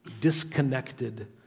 disconnected